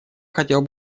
хотел